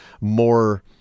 more